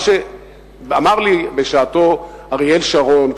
מה שאמר לי בשעתו אריאל שרון,